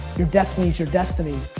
your destiny is your destiny.